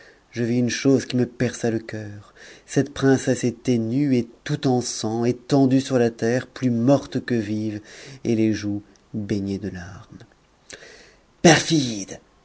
je vis une chose qui me perça le coeur cette princesse était nue et tout en sang étendue sur la terre plus morte que vive et les joues baignées de larmes